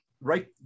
Right